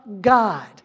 God